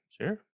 sure